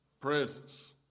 presence